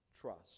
trust